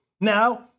Now